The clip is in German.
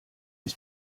ich